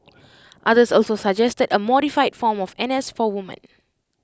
others also suggested A modified form of N S for woman